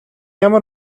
ямар